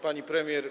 Pani Premier!